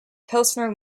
pilsner